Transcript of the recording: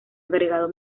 agregado